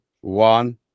one